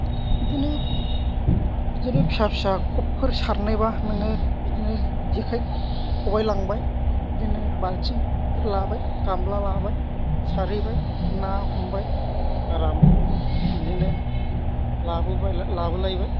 बिदिनो बिदिनो फिसा फिसा खबफोर सारनोबा नोङो बिदिनो जेखाइ खबाय लांबाय बिदिनो बाल्थिंफोर लाबाय गामला लाबाय सारहैबाय ना हमबाय आराम बिदिनो लाबोबाय लाबोलायबाय